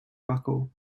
buckle